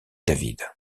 david